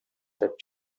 that